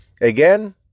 Again